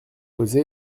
posée